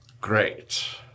great